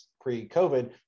pre-COVID